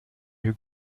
you